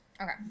Okay